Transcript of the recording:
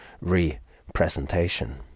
re-presentation